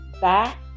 back